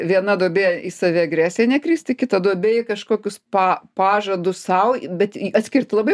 viena duobė į saviagresiją nekristi kita duobė į kažkokius pa pažadus sau bet atskirt labai